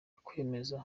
kwemeza